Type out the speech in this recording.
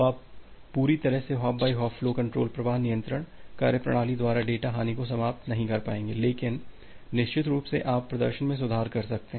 तो आप पूरी तरह से hop by hop flow control प्रवाह नियंत्रण कार्यप्रणाली द्वारा डेटा हानि को समाप्त नहीं कर पाएंगे लेकिन निश्चित रूप से आप प्रदर्शन में सुधार कर सकते हैं